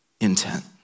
intent